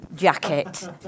jacket